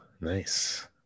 nice